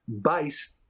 base